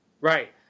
right